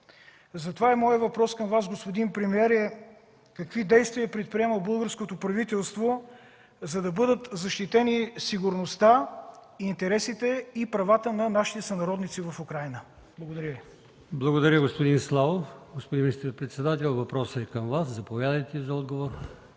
Затова моят въпрос към Вас, господин премиер, е: какви действия предприема българското правителство, за да бъдат защитени сигурността, интересите и правата на нашите сънародници в Украйна? Благодаря Ви. ПРЕДСЕДАТЕЛ АЛИОСМАН ИМАМОВ: Благодаря, господин Славов. Господин министър-председател, въпросът е към Вас. Заповядайте за отговор.